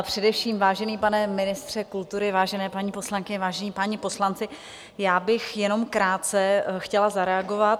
Především, vážený pane ministře kultury, vážené paní poslankyně, vážení páni poslanci, já bych jenom krátce chtěla zareagovat.